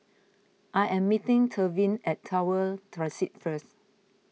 I am meeting Tevin at Tower first